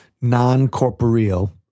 non-corporeal